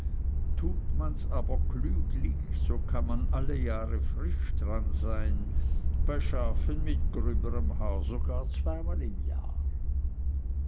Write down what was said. tut man aber klüglich so kann man alle jahre frisch dran sein bei schafen mit gröberem haar sogar zweimal im jahr